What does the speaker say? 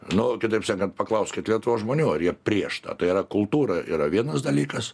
nu kitaip sakant paklauskit lietuvos žmonių ar jie prieš tą tai yra kultūra yra vienas dalykas